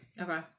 Okay